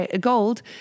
gold